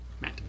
Matt